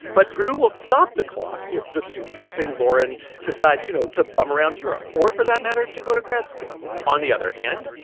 but purdue will stop the clock if the students if, say, lauren decides, you know, to bum around europe or, for that matter, to go to grad school on the other hand,